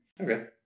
Okay